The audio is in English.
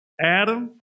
Adam